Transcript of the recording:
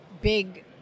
big